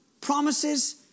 promises